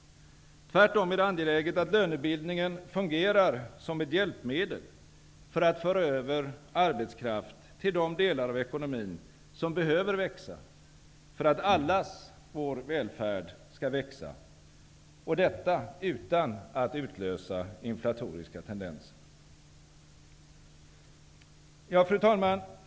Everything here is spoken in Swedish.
Tvärtom är det angeläget att lönebildningen fungerar som ett hjälpmedel för att föra över arbetskraft till de delar av ekonomin som behöver växa för att allas vår välfärd skall växa -- och detta utan att utlösa inflatoriska tendenser. Fru talman!